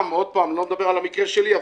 עסקים אני לא מדבר על המקרה שלי,